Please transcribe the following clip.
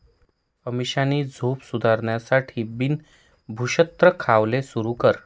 अमीषानी झोप सुधारासाठे बिन भुक्षत्र खावाले सुरू कर